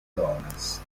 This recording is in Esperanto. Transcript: donas